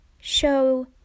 show